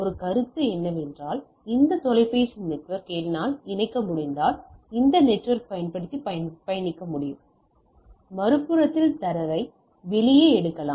ஒரு கருத்து என்னவென்றால் இந்த தொலைபேசி நெட்வொர்க் என்னால் இணைக்க முடிந்தால் இந்த நெட்வொர்க் பயன்படுத்தி பயணிக்க முடியும் மறுபுறத்தில் தரவை வெளியே எடுக்கலாம்